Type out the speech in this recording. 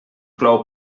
plou